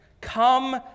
come